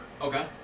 Okay